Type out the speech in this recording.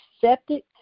septic